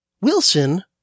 Wilson